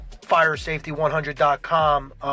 firesafety100.com